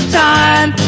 time